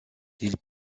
ils